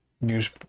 news